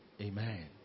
Amen